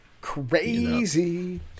Crazy